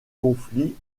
conflit